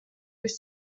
üht